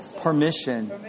permission